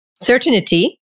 certainty